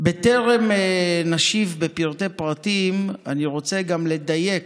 בטרם נשיב בפרטי פרטים אני רוצה גם לדייק,